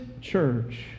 church